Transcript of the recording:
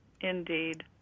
Indeed